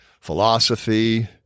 philosophy